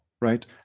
right